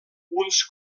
uns